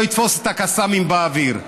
לא יתפוס הקסאמים באוויר,